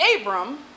Abram